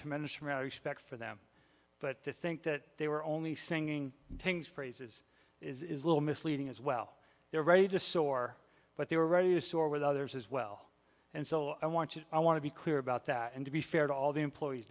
tremendous amount of respect for them but to think that they were only singing things praises is a little misleading as well they were ready to soar but they were ready to soar with others as well and so i want to i want to be clear about that and to be fair to all the employees